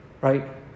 right